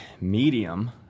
medium